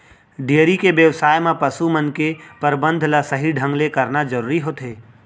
dairy के बेवसाय म पसु मन के परबंध ल सही ढंग ले करना जरूरी होथे